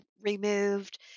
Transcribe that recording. removed